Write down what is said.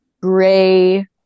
gray